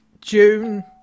June